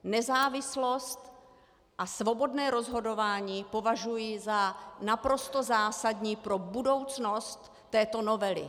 Nezávislost a svobodné rozhodování považuji za naprosto zásadní pro budoucnost této novely.